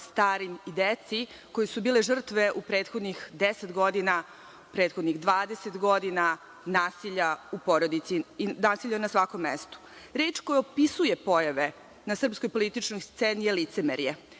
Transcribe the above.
starim i deci koji su bili žrtve u prethodnih 10 godina, u prethodnih 20 godina nasilja u porodici i nasilja na svakom mestu. Reč koja opisuje pojave na srpskoj političkoj sceni je licemerje.